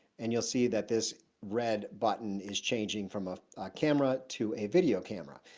and you'll see that this red button is changing from a camera to a video camera.